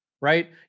right